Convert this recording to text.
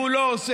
והוא לא עושה.